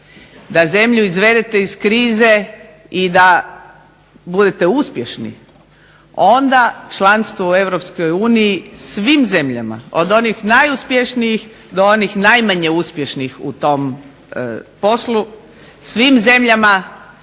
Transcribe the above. da zemlju izvedete iz krize i da budete uspješni, onda članstvo u Europskoj uniji tim zemljama od onih najuspješnijih do onih najmanje uspješnih u tom poslu svim zemljama